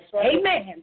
Amen